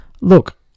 Look